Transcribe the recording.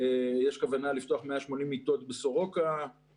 יש כוונה לפתוח 180 מיטות בסורוקה,